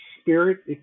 spirit